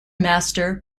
master